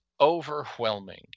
overwhelming